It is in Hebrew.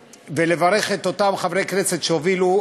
ולברך את אותם חברי כנסת שהובילו,